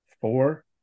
four